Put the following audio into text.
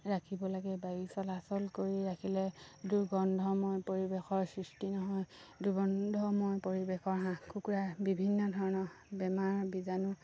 ৰাখিব লাগে বায়ু চলাচল কৰি ৰাখিলে দুৰ্গন্ধময় পৰিৱেশৰ সৃষ্টি নহয় দুৰ্গন্ধময় পৰিৱেশৰ হাঁহ কুকুৰা বিভিন্ন ধৰণৰ বেমাৰৰ বীজাণু